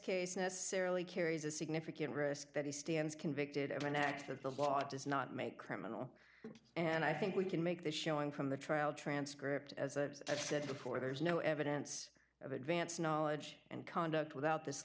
case necessarily carries a significant risk that he stands convicted of an act of the law does not make criminal and i think we can make this showing from the trial transcript as a said before there is no evidence of advance knowledge and conduct without this